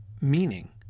meaning